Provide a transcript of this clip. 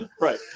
right